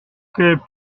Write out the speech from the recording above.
plus